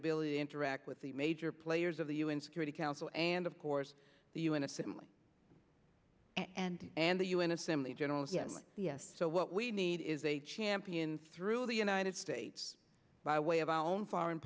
ability to interact with the major players of the u n security council and of course the u n assembly and and the u n assembly general yes yes so what we need is a champion through the united states by way of our own foreign